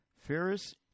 Ferris